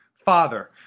Father